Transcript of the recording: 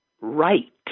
right